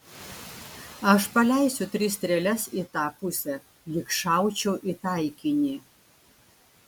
aš paleisiu tris strėles į tą pusę lyg šaučiau į taikinį